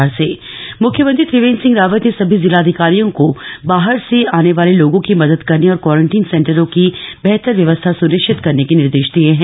CM राहत कोष मुख्यमंत्री त्रिवेन्द्र सिंह रावत ने सभी जिलाधिकारियों को बाहर से आने वाले लोगों की मदद करने और क्वारंटीन सेन्टरों की बेहतर व्यवस्था सुनिश्चित करने के निर्देश दिये हैं